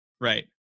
Right